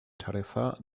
tarifa